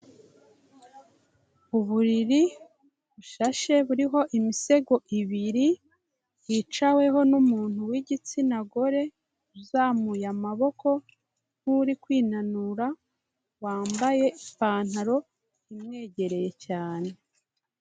Uburiri bushashe buriho imisego ibiri yicaweho n'umuntu w'igitsina gore, uzamuye amaboko nk'uri kwinanura wambaye ipantaro imwegereye cyane.